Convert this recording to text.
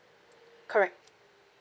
correct